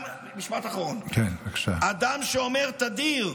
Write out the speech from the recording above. משפט אחרון: "אדם שאומר תדיר: